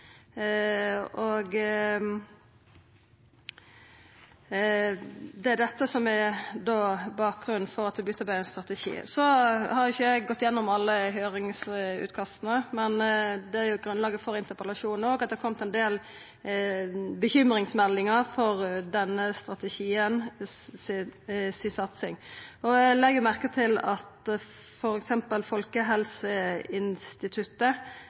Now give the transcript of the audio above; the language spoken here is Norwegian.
Det er dette som er bakgrunnen for at det vert utarbeidd ein strategi. Så har ikkje eg gått gjennom alle høyringsutkasta, men grunnlaget for interpellasjonen er òg at det har kome ein del bekymringsmeldingar om satsinga i denne strategien. Eg legg merke til at f.eks. Folkehelseinstituttet